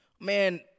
Man